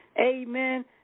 Amen